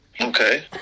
Okay